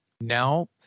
Now